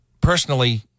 personally